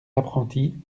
apprentis